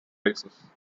places